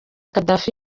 kadafi